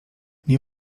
nie